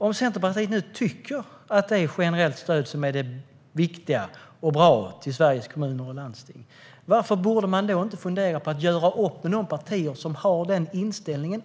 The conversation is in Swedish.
Om Centerpartiet nu tycker att det är generellt stöd till Sveriges kommuner och landsting som är det viktiga och det bästa borde man väl fundera på att göra upp med de andra partier som har den inställningen.